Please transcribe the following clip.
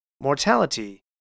Mortality